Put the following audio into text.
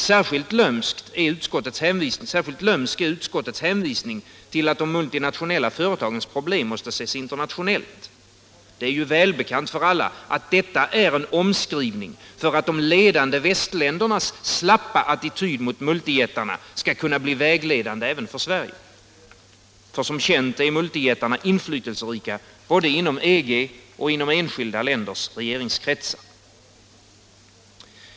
Särskilt lömsk är utskottets hänvisning till att de multinationella företagens problem måste ses internationellt. Det är ju välbekant för alla att detta är en omskrivning för att de ledande västländernas slappa attityd mot multijättarna skall kunna bli vägledande även för Sverige. Som känt är multijättarna inflytelserika både inom EG och inom enskilda länders regeringskretsar.